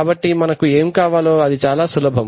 కాబట్టి మనకు ఏం కావాలో అది చాలా సులభం